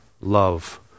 love